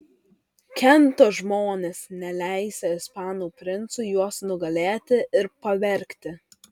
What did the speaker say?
kento žmonės neleisią ispanų princui juos nugalėti ir pavergti